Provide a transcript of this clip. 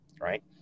right